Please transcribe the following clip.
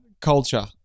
culture